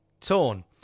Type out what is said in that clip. torn